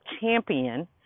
champion